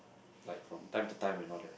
like from time to time you know that